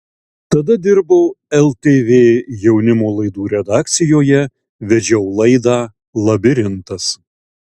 tada dirbau ltv jaunimo laidų redakcijoje vedžiau laidą labirintas